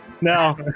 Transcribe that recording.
No